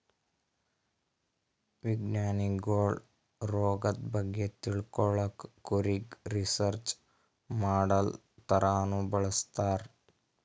ವಿಜ್ಞಾನಿಗೊಳ್ ರೋಗದ್ ಬಗ್ಗೆ ತಿಳ್ಕೊಳಕ್ಕ್ ಕುರಿಗ್ ರಿಸರ್ಚ್ ಮಾಡಲ್ ಥರಾನೂ ಬಳಸ್ತಾರ್